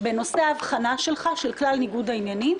ועל ניגוד עניינים